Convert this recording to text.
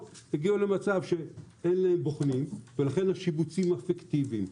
הגיע למצב שאין להם בוחנים ולכן השיבוצים הפיקטיביים,